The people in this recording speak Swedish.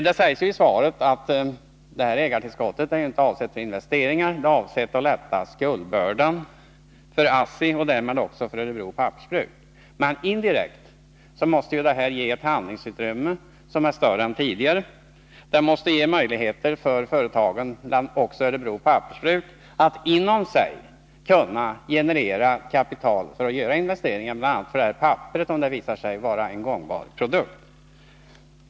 Det sägs i svaret att ägartillskottet inte är avsett för investeringar utan för att underlätta skuldbördan för ASSI och därmed också för Örebro Pappersbruk. Men indirekt måste det medföra ett handlingsutrymme som är större än tidigare och möjligheter för företagen, däribland också Örebro Pappersbruk, att inom sig generera kapital för att göra investeringar, bl.a. för det aktuella papperet, om det visar sig vara en gångbar produkt.